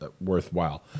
worthwhile